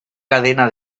cadena